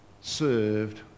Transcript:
served